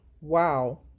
wow